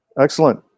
Excellent